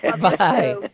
bye